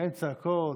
אין צעקות.